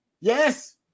Yes